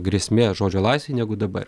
grėsmė žodžio laisvei negu dabar